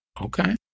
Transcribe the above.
Okay